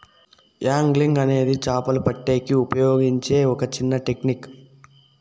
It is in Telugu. యాగ్లింగ్ అనేది చాపలు పట్టేకి ఉపయోగించే ఒక టెక్నిక్